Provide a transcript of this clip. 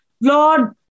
Lord